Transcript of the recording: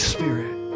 Spirit